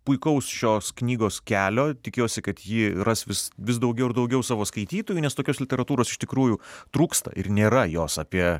puikaus šios knygos kelio tikiuosi kad ji ras vis vis daugiau ir daugiau savo skaitytojų nes tokios literatūros iš tikrųjų trūksta ir nėra jos apie